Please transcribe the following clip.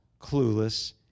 clueless